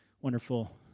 wonderful